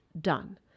done